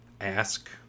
ask